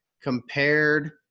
compared